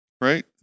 right